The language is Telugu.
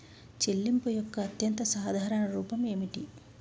చెల్లింపు యొక్క అత్యంత సాధారణ రూపం ఏమిటి?